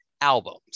albums